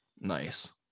Nice